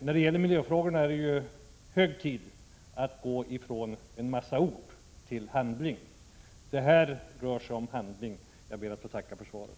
När det gäller miljöfrågorna är det hög tid att gå från en massa ord till handling. Det här rör sig om handling. Jag ber än en gång att få tacka för svaret.